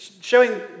showing